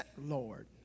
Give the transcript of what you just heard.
Lord